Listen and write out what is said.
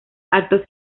actos